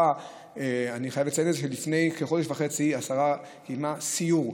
אני חייב לציין שלפני חודש וחצי השרה קיימה סיור,